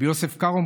רפי יוסף קארו,